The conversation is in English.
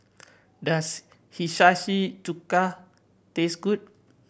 does Hiyashi Chuka taste good